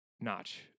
notch